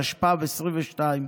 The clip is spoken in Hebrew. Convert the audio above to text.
התשפ"ב 2022,